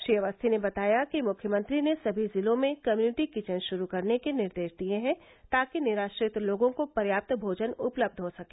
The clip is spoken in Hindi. श्री अवस्थी ने बताया कि मुख्यमंत्री ने सभी जिलों में कम्युनिटी किचन श्रू करने के निर्देश दिए हैं ताकि निराश्रित लोगों को पर्याप्त भोजन उपलब्ध हो सके